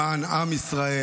למען עם ישראל,